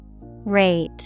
Rate